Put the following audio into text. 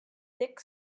thick